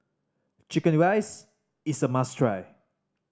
chicken rice is a must try